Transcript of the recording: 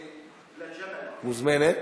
לביא מוזמנת.